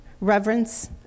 reverence